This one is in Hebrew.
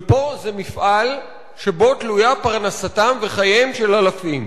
ופה זה מפעל שבו תלויים פרנסתם וחייהם של אלפים.